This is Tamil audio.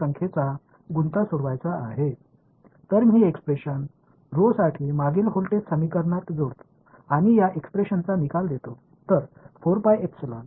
எனவே rho காக இந்த சமன்பாட்டை செருகி நான் இந்த முந்தைய மின்னழுத்த வெளிப்பாட்டை மற்றும் இந்த வெளிப்பாட்டை விளைவிக்கிறேன்